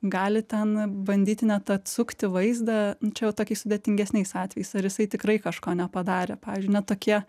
gali ten bandyti net atsukti vaizdą čia jau tokiais sudėtingesniais atvejais ar jisai tikrai kažko nepadarė pavyzdžiui na tokie